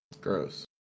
Gross